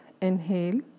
inhale